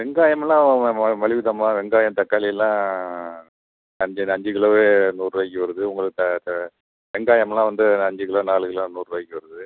வெங்காயமெல்லாம் மலிவு தாம்மா வெங்காயம் தக்காளியெல்லாம் அஞ்சு அஞ்சு கிலோவே நூறுரூவாய்க்கு வருது உங்களுக்கு அந்த வெங்காயமெல்லாம் வந்து அஞ்சுக்கிலோ நாலுக்கிலோ நூறுரூவாய்க்கி வருது